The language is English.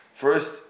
first